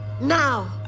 Now